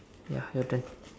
ya your turn